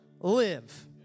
live